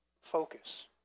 focus